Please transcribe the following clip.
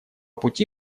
пути